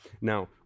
Now